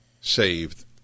saved